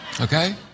okay